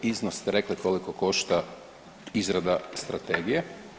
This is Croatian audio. Iznos ste rekli koliko košta izrada Strategije.